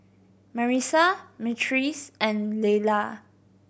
Marissa Myrtice and Leila